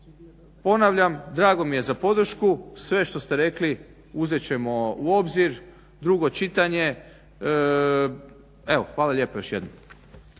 ponavljam, drago mi je za podršku, sve što ste rekli uzet ćemo u obzir, drugo čitanje. Hvala lijepo još jednom.